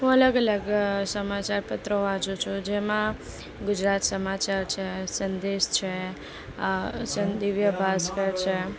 હું અલગ અલગ સમાચાર પત્રો વાંચુ છું જેમાં ગુજરાત સમાચાર છે સંદેશ છે દિવ્ય ભાસ્કર છે